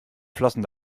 flossen